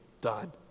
done